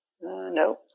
No